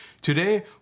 Today